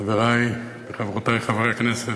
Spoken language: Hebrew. חברי וחברותי חברי הכנסת,